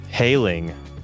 Hailing